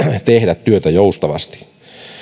tehdä työtä joustavasti